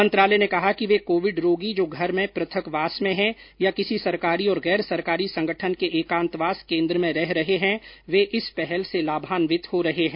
मंत्रालय ने कहा कि वे कोविड रोगी जो घर में पृथकवास में हैं या किसी सरकारी और गैर सरकारी संगठन के एकांतवास केन्द्र में रह रहे हैं वे इस पहल से लाभान्वित हो रहे हैं